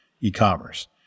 e-commerce